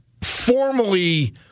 formally